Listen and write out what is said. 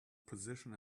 position